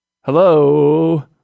hello